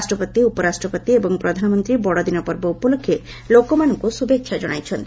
ରାଷ୍ଟ୍ରପତି ଉପରାଷ୍ଟ୍ରପତି ଏବଂ ପ୍ରଧାନମନ୍ତ୍ରୀ ବଡ଼ଦିନ ପର୍ବ ଉପଲକ୍ଷେ ଲୋକମାନଙ୍କୁ ଶୁଭେଚ୍ଛା ଜଣାଇଚ୍ଚନ୍ତି